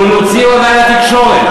לא, להוציא הודעה לתקשורת.